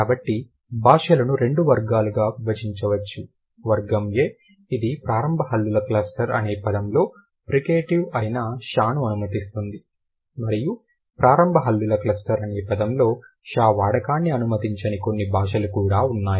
కాబట్టి భాషలను రెండు వర్గాలుగా విభజించవచ్చు వర్గం A ఇది ప్రారంభ హల్లుల క్లస్టర్ అనే పదంలో ఫ్రికేటివ్ అయిన ష ని అనుమతిస్తుంది మరియు ప్రారంభ హల్లుల క్లస్టర్ అనే పదంలో ష వాడకాన్ని అనుమతించని కొన్ని భాషలు కూడా ఉన్నాయి